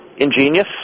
Ingenious